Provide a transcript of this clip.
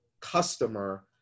customer